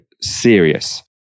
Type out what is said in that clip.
serious